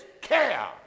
care